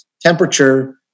temperature